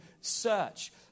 search